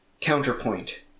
Counterpoint